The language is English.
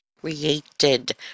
created